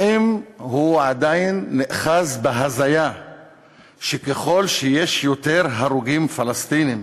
האם הוא עדיין נאחז בהזיה שככל שיש יותר הרוגים פלסטינים